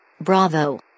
Bravo